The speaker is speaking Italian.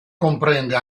comprende